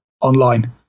online